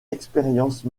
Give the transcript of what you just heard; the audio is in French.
expériences